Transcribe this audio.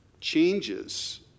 changes